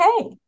okay